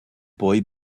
boy